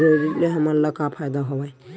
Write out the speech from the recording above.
Credit ले हमन ला का फ़ायदा हवय?